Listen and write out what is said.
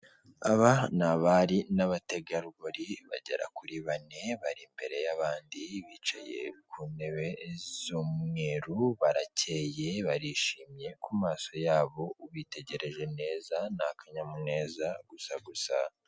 Aba ni abari n' abategarugori bagera kuri bane bari imbere y' abandi bicaye ku ntebe z' umweru, barakeye barishimye ku maso yabo witegereje neza ni akanyamuneza gusa gusa.